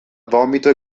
vomito